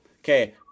Okay